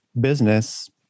business